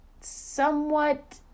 somewhat